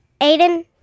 Aiden